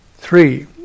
three